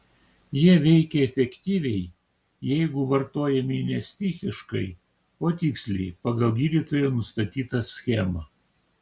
jie veikia efektyviai jeigu vartojami ne stichiškai o tiksliai pagal gydytojo nustatytą schemą